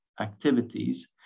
activities